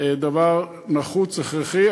הוא דבר נחוץ והכרחי.